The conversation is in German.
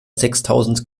sechstausend